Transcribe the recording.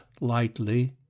lightly